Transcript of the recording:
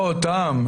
לא אותם.